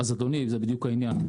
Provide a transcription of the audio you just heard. אדוני, זה בדיוק העניין.